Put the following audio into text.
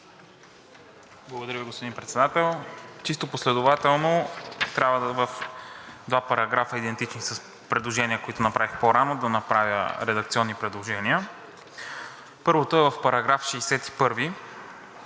Благодаря Ви, господин Председател. Чисто последователно трябва в два параграфа идентично с предложения, които направих по-рано, да направя редакционни предложения. Първото е в § 61.